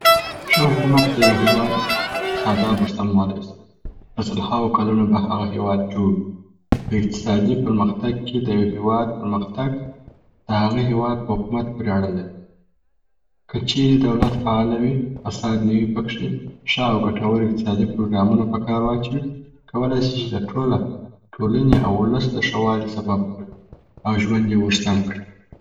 ښه حکومت د یو هیواد تاداب ور سمولای سي چې په سلهاوو کلونو به هغه هیواد جوړ وي. په اقتصادي پرمختک کي د یو هیواد پرمختګ د هغه هیواد په حکومت پوري اړه لري. که چیري دولت فعاله وي، فساد نه وي پکښي، ښه او ګټور اقتصادي پروګرامونه په کار واچوي، کولای سي چې د ټوله ټولنې او ولس د ښه والي سبب وګرځي او ژوند یې ور سم کړي.